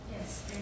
Yes